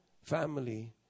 Family